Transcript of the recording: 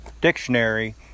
Dictionary